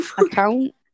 account